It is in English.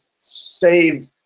save